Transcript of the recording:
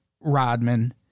Rodman